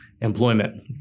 employment